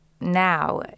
now